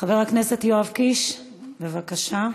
חבר הכנסת יואב קיש, בבקשה.